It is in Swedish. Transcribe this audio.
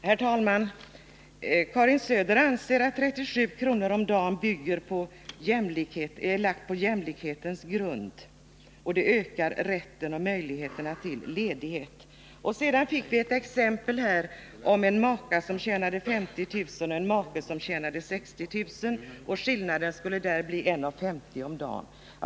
Herr talman! Karin Söder anser att ett förslag om 37 kr. per dag är framlagt på jämlikhetens grund och ökar rätten och möjligheterna till ledighet. Och så fick vi ett exempel om en maka som tjänade 50 000 kr. och en make som tjänade 60 000 och där skillnaden skulle bli 1:50 kr. om dagen.